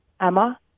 Emma